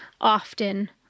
often